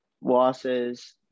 losses